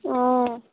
অঁ